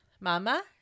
Mama